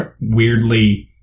weirdly